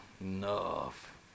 enough